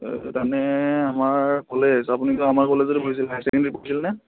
তাৰমানে আমাৰ কলেজতে আপুনি আমাৰ কলেজত পঢ়িছিল